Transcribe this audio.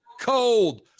cold